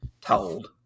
Told